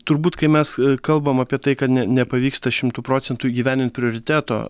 turbūt kai mes kalbam apie tai kad ne nepavyksta šimtu procentų įgyvendinti prioriteto